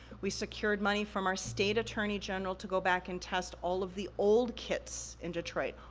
we secured money from our state attorney general to go back and test all of the old kits in detroit,